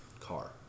Car